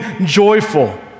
joyful